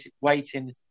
waiting